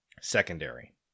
secondary